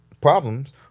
problems